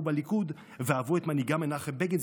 בליכוד ואהבו את מנהיגם מנחם בגין,